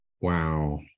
wow